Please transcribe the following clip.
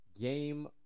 game